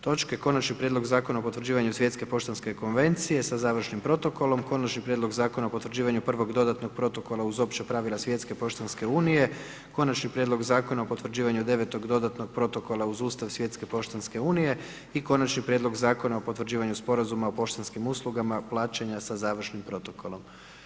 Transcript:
Točke Konačni prijedlog zakona o potvrđivanju svjetske poštanske konvencije sa završnim protokolom, Konačni prijedlog Zakona o potvrđivanju prvog dodatnog protokola uz opća pravila Svjetske poštanske unije, Konačni prijedlog Zakona o potvrđivanju Devetog dodatnog protokola uz Ustav Svjetske poštanske Unije i Konačni prijedlog Zakona o potvrđivanju Sporazuma o poštanskim uslugama plaćanja sa završnim protokolom.